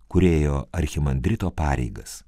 kur ėjo archimandrito pareigas